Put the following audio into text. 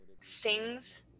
sings